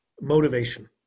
motivation